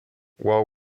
while